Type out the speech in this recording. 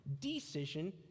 Decision